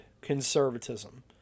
conservatism